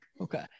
Okay